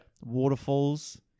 Waterfalls